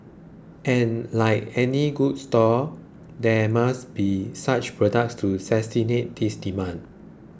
and like any good store there must be such products to satiate this demand